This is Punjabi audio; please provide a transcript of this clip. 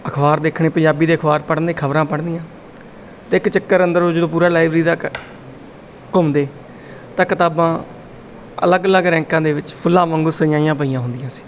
ਅਖ਼ਬਾਰ ਦੇਖਣੇ ਪੰਜਾਬੀ ਦੇ ਅਖ਼ਬਾਰ ਪੜ੍ਹਨੇ ਖ਼ਬਰਾਂ ਪੜ੍ਹਨੀਆਂ ਅਤੇ ਇੱਕ ਚੱਕਰ ਅੰਦਰੋਂ ਜਦੋਂ ਪੂਰਾ ਲਾਈਬਰੀ ਦਾ ਕ ਘੁੰਮਦੇ ਤਾਂ ਕਿਤਾਬਾਂ ਅਲੱਗ ਅਲੱਗ ਰੈਂਕਾਂ ਦੇ ਵਿੱਚ ਫੁੱਲਾਂ ਵਾਂਗੂੰ ਸਜਾਈਆਂ ਪਈਆ ਹੁੰਦੀਆਂ ਸੀ